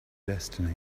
destiny